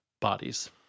bodies